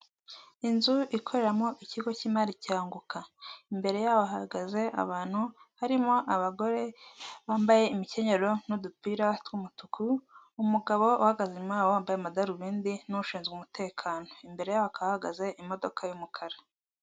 Inzu ikoreramo ikigo cy'imari cya Unguka, imbere y'aho hahagaze abantu harimo abagore bambaye imikenyerero n'udupira tw'umutuku, umugabo uhagaze inyuma yabo wambaye amadarubindi n'ushinzwe umutekano, imbere y'aho hakaba hahagaze imodoka y'umukara.